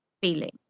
feeling